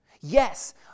Yes